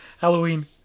Halloween